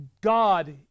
God